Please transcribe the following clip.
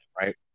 right